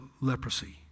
leprosy